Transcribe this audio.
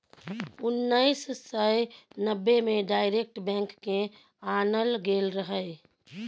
उन्नैस सय नब्बे मे डायरेक्ट बैंक केँ आनल गेल रहय